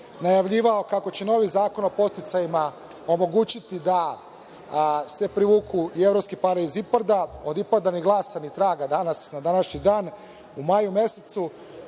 najavljivao kako će novi Zakon o podsticajima omogućiti da se privuku i evropske pare iz IPARDA. Od IPARDA ni glasa ni traga na današnji dan u maju mesecu. Čuli